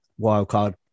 wildcard